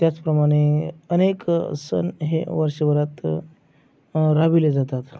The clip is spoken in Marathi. त्याचप्रमाणे अनेक सण हे वर्षभरात राबिवले जातात